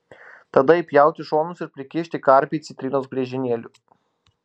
tada įpjauti šonus ir prikišti karpį citrinos griežinėlių